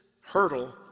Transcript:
hurdle